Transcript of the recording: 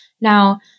Now